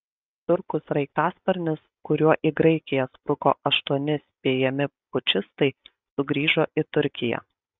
turkų sraigtasparnis kuriuo į graikiją spruko aštuoni spėjami pučistai sugrįžo į turkiją